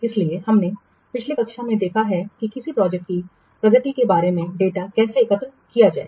इसलिए हमने पिछली कक्षा को देखा है कि किसी प्रोजेक्ट की प्रगति के बारे में डेटा कैसे एकत्र किया जाए